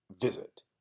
visit